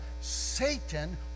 Satan